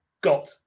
got